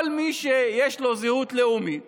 כל מי שיש לו זהות לאומית